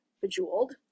Bejeweled